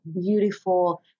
beautiful